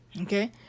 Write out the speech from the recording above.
Okay